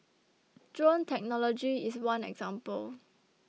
drone technology is one example